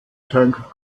tank